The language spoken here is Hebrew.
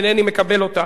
אינני מקבל אותה.